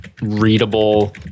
readable